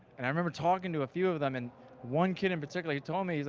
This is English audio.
and i remember talking to a few of them and one kid in particular he told me,